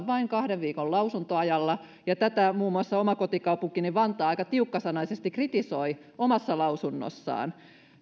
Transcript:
vain kahden viikon lausuntoajalla muun muassa oma kotikaupunkini vantaa aika tiukkasanaisesti kritisoi tätä omassa lausunnossaan jossa